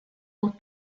aux